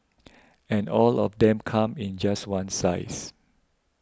and all of them come in just one size